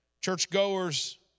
Churchgoers